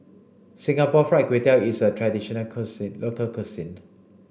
Singapore Fried Kway Tiao is a traditional cuisine local cuisine